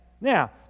Now